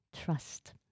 trust